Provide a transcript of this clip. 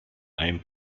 ein